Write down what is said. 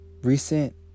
recent